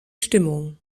stimmung